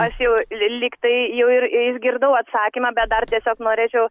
aš jau ly lygtai jau ir išgirdau atsakymą bet dar tiesiog norėčiau